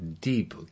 deep